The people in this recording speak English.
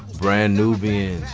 brand nubians,